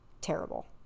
terrible